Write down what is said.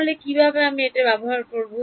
তাহলে কিভাবে আমি এটা ব্যবহার করব